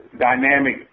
dynamic